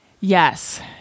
Yes